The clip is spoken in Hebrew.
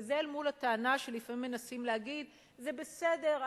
וזה אל מול הטענה שלפעמים מנסים להגיד: זה בסדר,